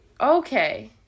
Okay